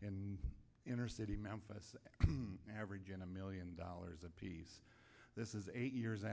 and inner city memphis average in a million dollars apiece this is eight years